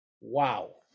Wow